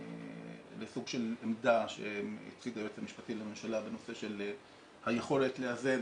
לסוג של עמדה שהציג היועץ המשפטי לממשלה בנושא של היכולת לאזן